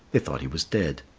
they thought he was dead.